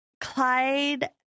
Clyde